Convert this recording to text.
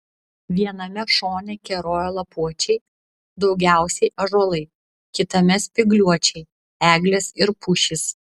viename šone kerojo lapuočiai daugiausiai ąžuolai kitame spygliuočiai eglės ir pušys